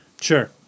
Sure